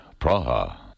Praha